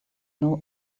know